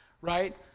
right